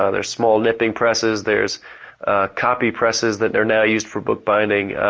ah there's small nipping presses, there's copy presses that are now used for bookbinding.